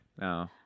no